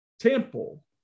temple